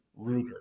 Ruger